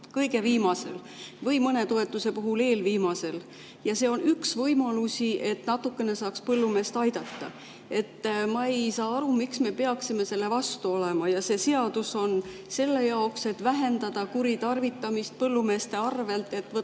kõige viimasel! – või mõne toetuse puhul eelviimasel. See on üks võimalusi, et natukene saaks põllumeest aidata. Ma ei saa aru, miks me peaksime selle vastu olema. See seadus on selle jaoks, et vähendada kuritarvitamist põllumeeste arvel, et [seda